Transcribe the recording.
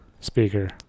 speaker